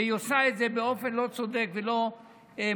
והיא עושה את זה באופן לא צודק ולא מוסרי,